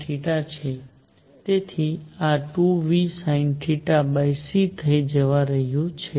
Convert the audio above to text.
તેથી આ 2vsinθc થવા જઈ રહ્યું છે